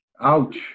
Ouch